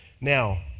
Now